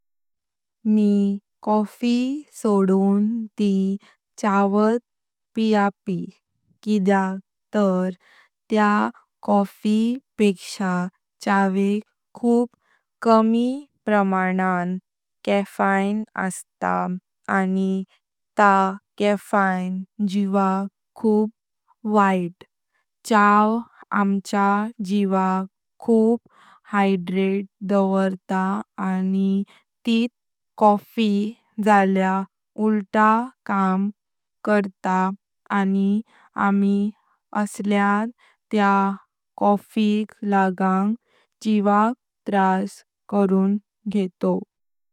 मी coffee सोडून ती चाय प्यापी। किद्याक तार त्या कॉफी पेकशा चावेक खूप कमी प्रमाणान कॅफेन असता आनी तां कॅफेन जीवाक खूप वैत। चाय आमचा जीवाक खूप हायड्रेटे दोवरता आनी तिट कॉफी झाल्या उलतट काम करतात आनी आम्ही असल्यां त्या कॉफीक लगण जीवाक त्रास करून घेतो।